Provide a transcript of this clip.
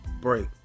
break